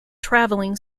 travelling